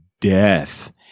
death